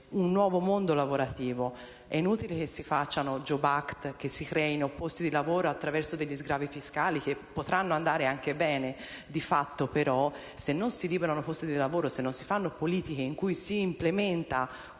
un nuovo mondo lavorativo. È inutile che si faccia il *jobs* *act* e che si creino posti di lavoro attraverso sgravi fiscali, che potranno andare anche bene. Di fatto, però, è necessario liberare posti di lavoro, fare politiche in cui si implementa